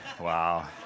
wow